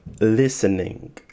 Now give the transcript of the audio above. listening